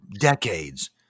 decades